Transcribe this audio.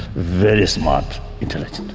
very smart intellect.